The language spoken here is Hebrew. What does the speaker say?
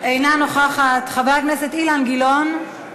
אינה נוכחת, חבר הכנסת אילן גילאון,